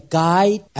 guide